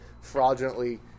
fraudulently